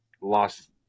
Lost